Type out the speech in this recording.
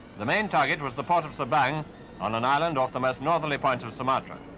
the main target was the port of sabang on an island off the most northerly point of sumatra.